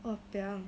!wahpiang!